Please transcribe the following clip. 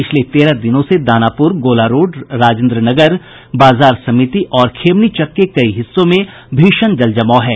पिछले तेरह दिनों से दानापुर गोला रोड राजेन्द्र नगर बाजार समिति और खेमनीचक के कई हिस्सों में भीषण जल जमाव है